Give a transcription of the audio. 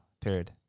Period